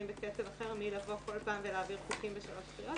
בקצב אחר מלבוא כל פעם ולהעביר חוקים בשלוש קריאות